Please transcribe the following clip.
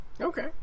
Okay